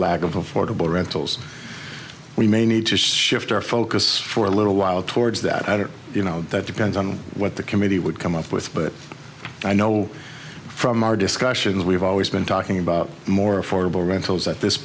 lack of affordable rentals we may need to shift our focus for a little while towards that or you know that depends on what the committee would come up with but i know from our discussions we've always been talking about more affordable rentals at this